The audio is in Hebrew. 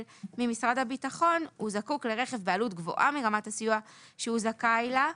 ממשרד הביטחון הוא זקוק לרכב בעלות גבוהה מרמת הסיוע שהוא זכאי לה,